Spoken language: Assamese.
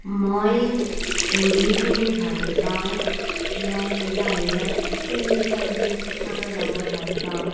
মই ঘূৰি ফুৰি ভাল পাওঁ মই বাহিৰত তিনি চাৰিদিন থকাকে যাব ভাল পাওঁ